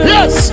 Yes